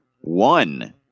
One